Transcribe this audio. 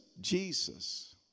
Jesus